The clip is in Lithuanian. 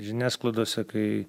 žiniasklaidose kai